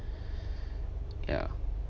ya